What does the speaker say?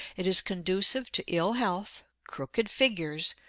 it is conducive to ill health, crooked figures,